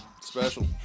special